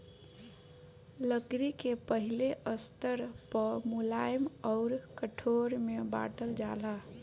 लकड़ी के पहिले स्तर पअ मुलायम अउर कठोर में बांटल जाला